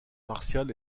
martial